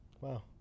Wow